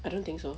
I don't think so